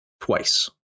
twice